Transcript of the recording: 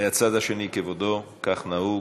מהצד השני, כבודו, כך נהוג.